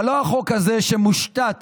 אבל לא החוק הזה, שמושתת